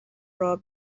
راه